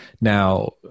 now